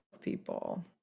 people